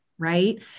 right